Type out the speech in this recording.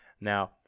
now